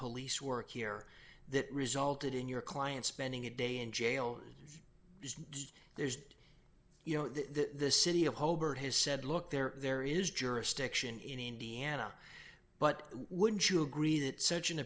police work here that resulted in your client spending a day in jail there is you know the city of holbert has said look there there is jurisdiction in indiana but wouldn't you agree that such an